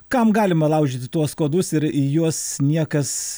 kam galima laužyti tuos kodus ir į juos niekas